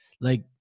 Like-